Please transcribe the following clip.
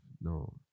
no